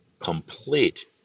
complete